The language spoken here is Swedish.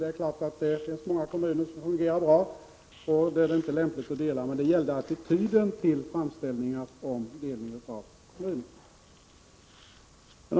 Det är klart att det finns många kommuner som fungerar bra och där det inte är lämpligt att dela. Men det gällde attityden till framställningar om delning av kommuner.